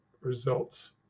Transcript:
results